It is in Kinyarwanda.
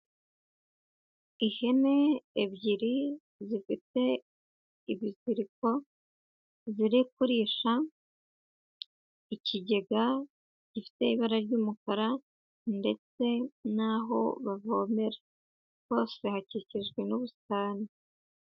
Ihene ebyiri zifite ibiziriko ziri kurisha, ikigega gifite ibara ry'umukara ndetse naho bavomera, hose hakikijwe n'ubusitani.